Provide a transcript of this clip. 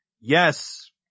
Yes